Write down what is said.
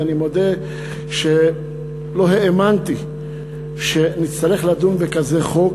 ואני מודה שלא האמנתי שנצטרך לדון בכזה חוק,